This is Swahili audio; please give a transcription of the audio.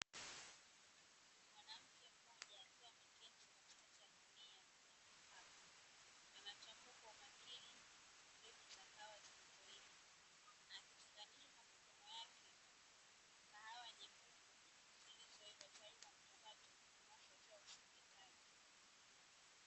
Mwanamke mmoja akiwa ameketi katikati ya gunia na vikapu. Anachambua kwa makini mbegu za kahawa zilizoiva, akitenganisha kwa mikono yake kahawa nyekundu zilizoiva, tayari kwa usindikwaji.